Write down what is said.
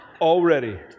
Already